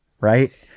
Right